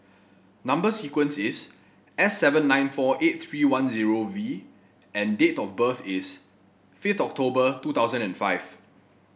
number sequence is S seven nine four eight three one zero V and date of birth is fifth October two thousand and five